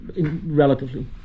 relatively